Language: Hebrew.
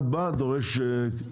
כל אחד בא ודורש כסף.